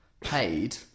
paid